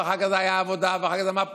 ואחר כך זה היה "עבודה" ואחר כך זה מפא"י,